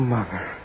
Mother